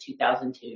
2002